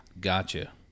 Gotcha